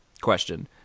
question